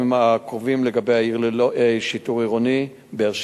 בימים הקרובים: באר-שבע,